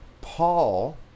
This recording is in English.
Paul